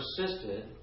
persisted